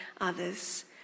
others